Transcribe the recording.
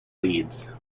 leeds